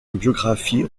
biographies